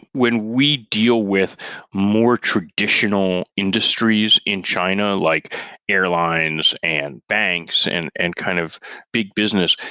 when we deal with more traditional industries in china, like airlines and banks and and kind of big business,